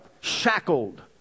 shackled